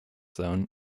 zone